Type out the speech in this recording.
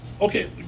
okay